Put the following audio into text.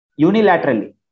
unilaterally